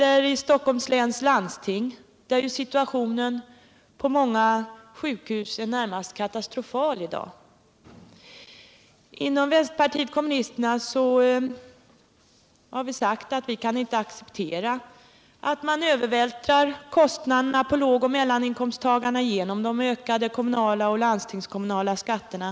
Och i Stockholms läns landsting är situationen på många sjukhus närmast katastrofal i dag. Inom vpk har vi sagt att vi inte kan acceptera att man övervältrar kostnaderna på lågoch mellaninkomsttagarna genom de ökade kommunala och landstingskommunala skatterna.